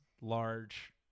large